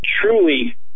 truly